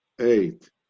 eight